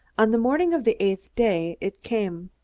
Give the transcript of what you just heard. on the morning of the eighth day it came.